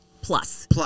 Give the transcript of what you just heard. plus